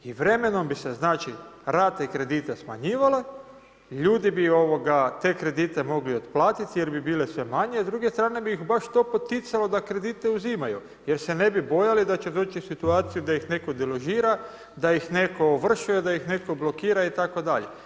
I vremenom bi se znači, rate od kredita smanjivale i ljudi bi te kredite mogli otplatiti jer bi bile sve manje, a s druge strane bi ih baš to poticalo da kredite uzimaju, jer se ne bi bojale da će doći u situaciju da ih netko deložira, da ih netko ovršuje, da ih netko blokira itd.